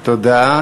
תודה.